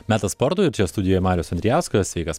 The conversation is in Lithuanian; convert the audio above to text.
metas sportui ir čia studijoj marius andrijauskas sveikas